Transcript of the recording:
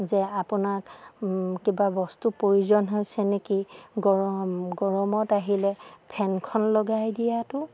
যে আপোনাক কিবা বস্তু প্ৰয়োজন হৈছে নেকি গৰম গৰমত আহিলে ফেনখন লগাই দিয়াতো